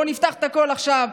בואו נפתח את הכול עכשיו.